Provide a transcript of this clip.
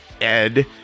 Ed